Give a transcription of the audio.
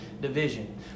division